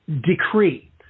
decree